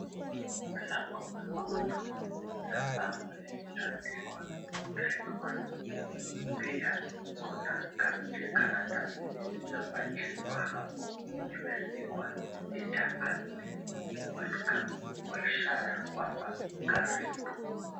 Mlango mwekundu lina bango lililoandikwa grade 1C Pia kuna kijikaratasi lililopachikwa hapo lililoandika Teacher Agnes welcome kwa ishara ya kwamba karibu.